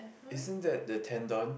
isn't that the tendon